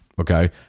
Okay